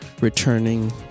returning